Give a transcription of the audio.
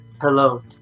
hello